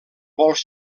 vols